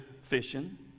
fishing